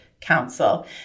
Council